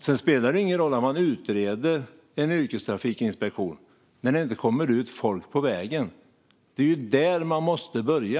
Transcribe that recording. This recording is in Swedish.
Sedan spelar det ju ingen roll att man utreder en yrkestrafikinspektion när det inte kommer ut folk på vägen. Det är ju där man måste börja.